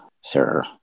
sir